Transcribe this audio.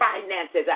finances